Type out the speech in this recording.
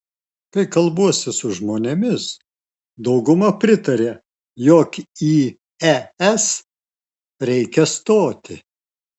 kai kalbuosi su žmonėmis dauguma pritaria jog į es reikia stoti